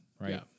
Right